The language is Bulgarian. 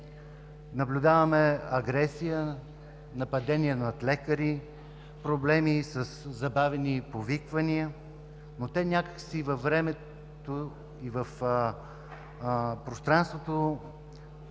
Наблюдаваме агресия, нападения над лекари, проблеми със забавени повиквания, но те някак си във времето и в пространството